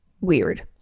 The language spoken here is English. weird